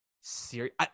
serious